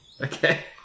Okay